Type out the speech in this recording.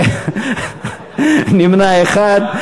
נמנע אחד.